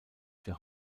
für